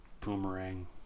boomerang